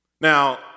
Now